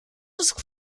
ist